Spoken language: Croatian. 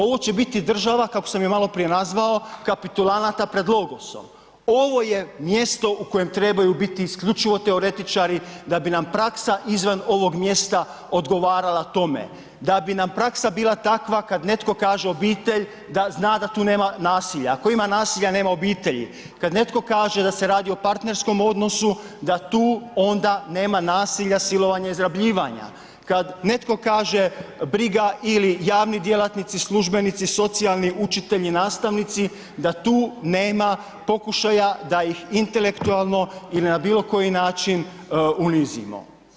Ovo će biti država kako sam je maloprije nazvao, kapitulanata pred logosom, ovo je mjesto u kojem trebaju biti isključivo teoretičari da bi nam praksa izvan ovog mjesta odgovarala tome, da bi nam praksa bila takva kad netko kaže obitelj da zna da tu nema nasilja, ako ima nasilja nema obitelji, kad netko kaže da se radi o partnerskom odnosu da tu onda nema nasilja, silovanja i izrabljivanja, kad netko kaže briga ili javni djelatnici, službenici, socijalni, učitelji, nastavnici, da tu nema pokušaja da ih intelektualno ili na bilo koji način unizimo.